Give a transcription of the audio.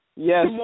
Yes